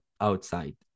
outside